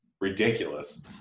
ridiculous